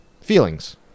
feelings